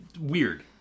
weird